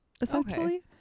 essentially